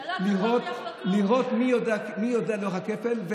לראות מי יודע את לוח הכפל,